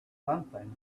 something